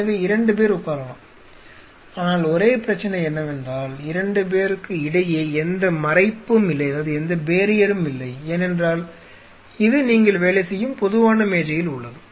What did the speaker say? எனவே இரண்டு பேர் உட்காரலாம் ஆனால் ஒரே பிரச்சனை என்னவென்றால் 2 பேருக்கு இடையே எந்த மறைப்பும் இல்லை ஏனென்றால் இது நீங்கள் வேலை செய்யும் பொதுவான மேஜையில் உள்ளது